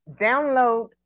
Download